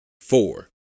four